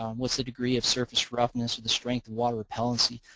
um what's the degree of surface roughness or the strength of water repellency?